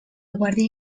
guàrdia